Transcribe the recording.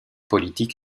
politiques